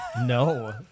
no